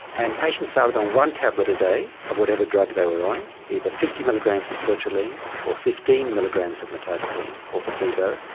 and patients started on one tablet a day of whatever drug they were on either fifty milligrams of sertraline or fifteen milligrams of mirtazapine or placebo,